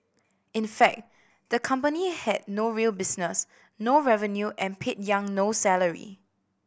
in fact the company had no real business no revenue and paid Yang no salary